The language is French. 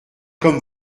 comme